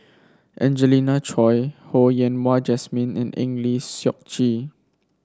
Angelina Choy Ho Yen Wah Jesmine and Eng Lee Seok Chee